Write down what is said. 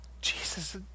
Jesus